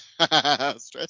Stress